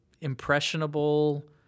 impressionable